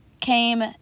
came